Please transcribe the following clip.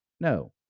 No